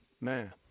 Man